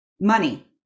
money